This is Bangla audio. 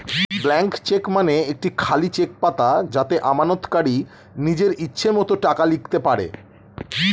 ব্লাঙ্ক চেক মানে একটি খালি চেক পাতা যাতে আমানতকারী নিজের ইচ্ছে মতো টাকা লিখতে পারে